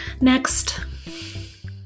Next